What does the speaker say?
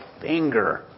finger